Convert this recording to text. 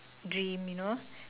dream you know